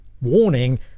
warning